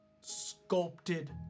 sculpted